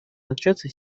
начаться